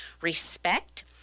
respect